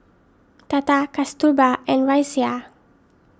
Tata Kasturba and Razia